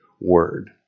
word